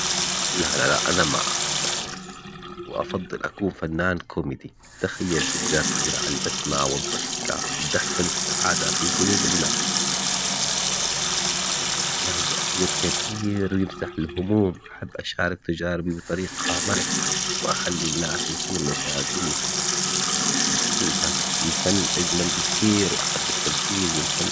لا لا لا انا ما احب الرقص وافضل اكون فنان كوميدي. تخيل تقدر تزرع البسمة والضحكة تدخل السعادة في قلوب الناس. الضحك له تأثير كبير ويمسح الهموم احب اشارك في جاربي بطريقة مرحة. واخلي الناس ينسون مشاكل كلها الفن اجمل بكثير واحب التمثيل والفن